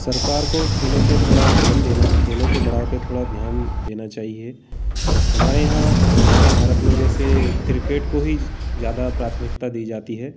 सरकार को खेलों पर थोड़ा ध्यान देना खेलों के बढ़ाव पर थोड़ा ध्यान देना चाहिए हमारे यहाँ हमारे भारत में जैसे क्रिकेट को ही ज़्यादा प्राथमिकता दी जाती है